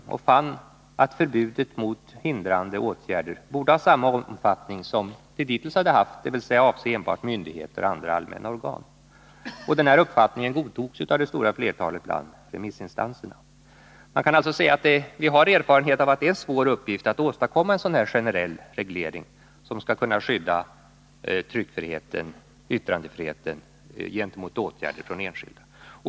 Utredningen fann att förbudet mot hindrande åtgärder borde ha samma omfattning som det dittills hade haft, dvs. att enbart avse myndigheter och andra allmänna organ. Den uppfattningen godtogs av det stora flertalet remissinstanser. Man kan alltså säga att vi har erfarenhet av att det är en svår uppgift att åstadkomma en generell reglering, som skall kunna skydda yttrandefriheten mot åtgärder från enskilda.